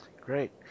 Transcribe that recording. Great